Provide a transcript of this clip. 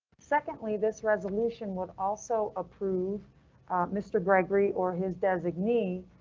secondly, this resolution would also approve mr gregory or his designee,